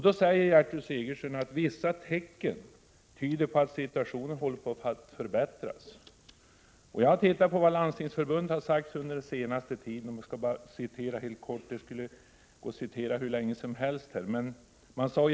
Då säger Gertrud Sigurdsen att vissa tecken tyder på att situationen håller på att förbättras. Jag har tittat på vad Landstingsförbundet har sagt under den senaste tiden. Man skulle kunna hålla på och citera hur länge som helst, men jag nöjer mig med ett citat.